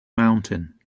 mountain